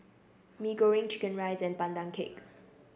Mee Goreng Chicken Rice and Pandan Cake